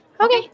okay